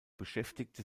beschäftigte